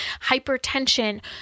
hypertension